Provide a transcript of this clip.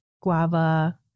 guava